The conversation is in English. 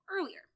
earlier